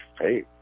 hey